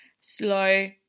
Slow